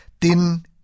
Tin